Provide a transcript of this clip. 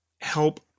help